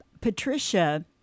Patricia